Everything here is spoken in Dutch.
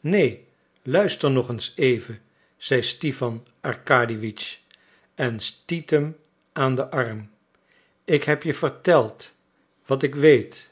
neen luister nog eens even zeide stipan arkadiewitsch en stiet hem aan den arm ik heb je verteld wat ik weet